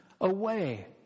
away